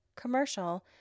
commercial